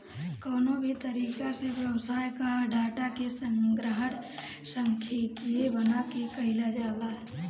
कवनो भी तरही के व्यवसाय कअ डाटा के संग्रहण सांख्यिकी बना के कईल जाला